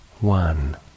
One